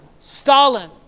Stalin